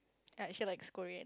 I actually likes Korean